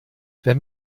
wenn